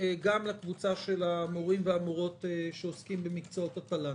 גם לקבוצה של המורים והמורות שעוסקים במקצועות התל"ן.